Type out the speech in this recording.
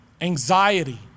anxiety